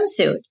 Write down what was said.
swimsuit